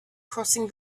crossing